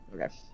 Okay